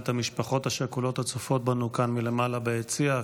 את המשפחות השכולות הצופות בנו כאן מלמעלה ביציע,